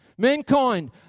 Mankind